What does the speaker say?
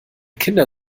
kinder